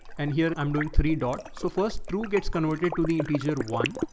and here i'm doing three dots. so first two gets converted to the teacher one.